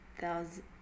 thousand